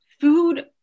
food